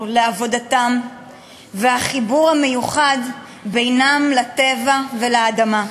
לעבודתם ואת החיבור המיוחד בינם לטבע ולאדמה.